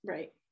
Right